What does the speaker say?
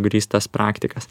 grįstas praktikas